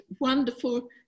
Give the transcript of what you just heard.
wonderful